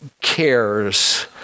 cares